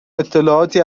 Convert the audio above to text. اطلاعاتی